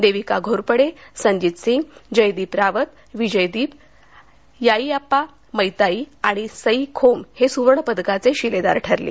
देविका घोरपडे संजित सिंग जयदीप रावत विजयदिप याईपाबा मैताई आणि सईखोम हे सुवर्ण पदकाचे शिलेदार ठरले